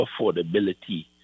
affordability